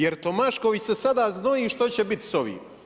Jer Tomašković se sada znoji što će biti s ovim.